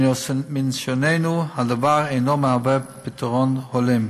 מניסיוננו, הדבר אינו מהווה פתרון הולם.